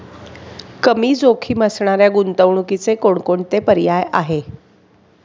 कमी जोखीम असणाऱ्या गुंतवणुकीचे कोणकोणते पर्याय आहे?